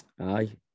Aye